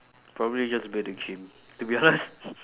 probably just build a gym to be honest